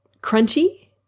crunchy